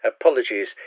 Apologies